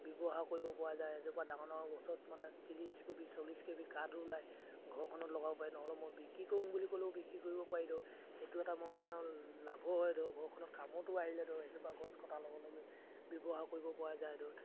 ব্যৱহাৰ কৰিব পৰা যায় এজোপা ডাঙৰ ডাঙৰ গছত মানে ত্ৰিছ কেবি চল্লিছ কেবি কাঠো ওলায় ঘৰখনত লগাব পাৰি নহ'লে মই বিক্ৰী কৰোঁ বুলি ক'লেও বিক্ৰী কৰিব পাৰি ধৰক এইটো এটা মই মনৰ লাভ হয় ধৰক ঘৰখনত কামতো আহিলে ধৰক এজোপা গছ কটাৰ লগে লগে ব্যৱহাৰ কৰিব পৰা যায় ধৰ